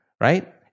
right